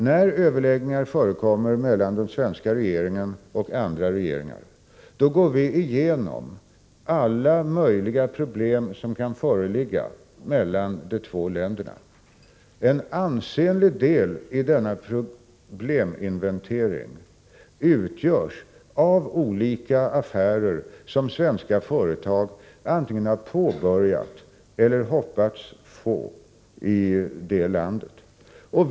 När överläggningar förekommer mellan den svenska regeringen och en annan regering går vi igenom alla möjliga problem som kan föreligga mellan de två länderna. En ansenlig del av denna probleminventering utgörs av olika affärer som svenska företag antingen har påbörjat eller också hoppas få i landet i fråga.